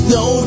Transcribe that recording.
no